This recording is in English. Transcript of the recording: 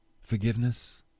forgiveness